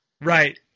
right